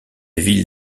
ville